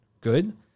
good